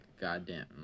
goddamn